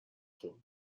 خورده